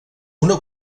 una